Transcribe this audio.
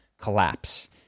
collapse